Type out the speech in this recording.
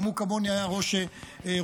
וגם הוא כמוני היה ראש רשות.